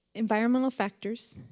environmental factors,